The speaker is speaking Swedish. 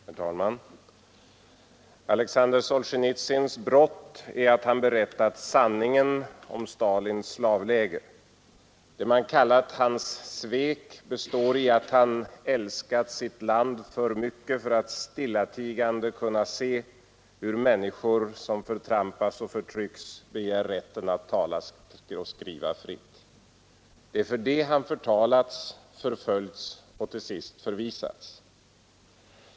Herr talman! Alexander Solzjenitsyns brott är att han berättat sanningen om Stalins slavläger. Det man kallat hans svek består i att han älskat sitt land för mycket för att stillatigande kunna se hur människor förtrampas och förtrycks som begär rätten att tala och skriva fritt. Det är för detta han förtalats, förföljts och till sist förvisats.